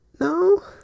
No